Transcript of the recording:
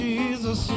Jesus